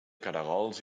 caragols